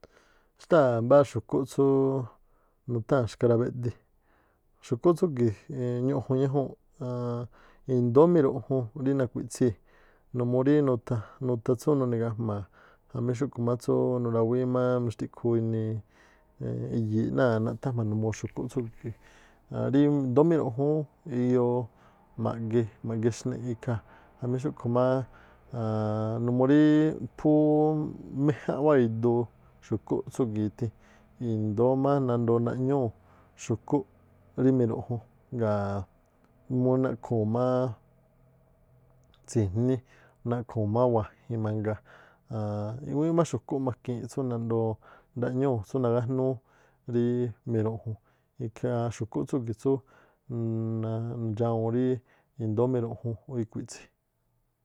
Xtáa̱ mbáá xu̱ꞌkúꞌ tsúú nutháa̱n xka̱rabeꞌdi, xu̱ꞌkúꞌ tsúgi̱, ñu̱ꞌju̱n ñajuu̱nꞌ, i̱ndóó miruꞌjun rí nakui̱tsii̱ numuu rí nutha- nutha- tsú nuni̱ga̱jma̱a̱ jamí xúꞌkhu̱ má tsú nurawíí i̱yi̱i̱ꞌ náa̱ naꞌthá jma̱a numuu xu̱kúꞌ tsúgi̱ꞌ aan ríndoo̱ miruꞌjun ú iyoo ma̱ꞌgee̱, ma̱ꞌge xniꞌ ikhaa̱ jamí xúꞌkhu̱ máá aan numuu rí phúú méjánꞌ wáa̱ iduu xu̱kúꞌ tsúgi̱ꞌ ithi̱ indóó má nandoo naꞌñúu̱ xu̱kúꞌ rí miruꞌjun, ngaa̱ múú naꞌkhuu̱n má tsi̱jní, naꞌkhuu̱n má wajin mangaa, i̱ꞌwíínꞌ má xu̱kúꞌ makiinꞌ tsú nandoo ndaꞌñuu̱ tsú nagájnúú rí miruꞌjun. Ikhaa xu̱kúꞌ tsúgi̱ꞌ tsú nadxawuun rí indóó miruꞌjun ikhui̱ꞌtsi.